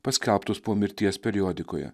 paskelbtos po mirties periodikoje